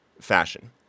fashion